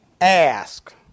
ask